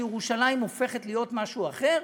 שירושלים הופכת להיות משהו אחר,